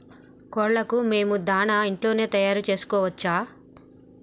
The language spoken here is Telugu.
కోళ్లకు మేము దాణా ఇంట్లోనే తయారు చేసుకోవచ్చా?